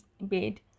bed